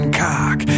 cock